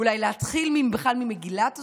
אולי להתחיל בכלל ממגילת הזכויות,